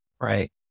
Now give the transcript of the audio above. right